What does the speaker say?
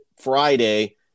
friday